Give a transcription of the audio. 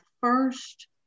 first